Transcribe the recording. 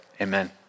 Amen